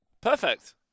Perfect